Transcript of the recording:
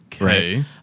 right